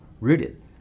Rooted